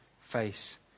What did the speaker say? face